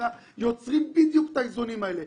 יוצרים בדיוק את האיזונים האלה.